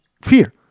fear